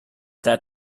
that